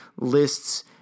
lists